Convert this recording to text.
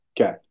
Okay